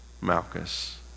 Malchus